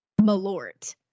Malort